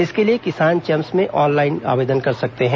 इसके लिए किसान चैम्प्स में ऑनलाइन आवेदन कर सकते हैं